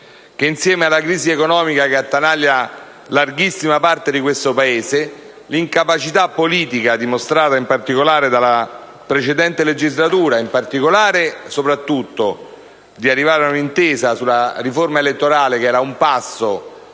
che, insieme alla crisi economica, che attanaglia larghissima parte di questo Paese, l'incapacità politica, dimostrata in particolare nella precedente legislatura, soprattutto di arrivare ad un'intesa sulla riforma elettorale, che era ad un passo